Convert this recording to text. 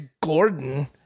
Gordon